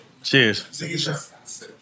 Cheers